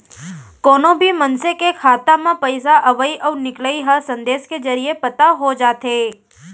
कोनो भी मनसे के खाता म पइसा अवइ अउ निकलई ह संदेस के जरिये पता हो जाथे